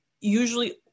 usually